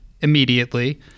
immediately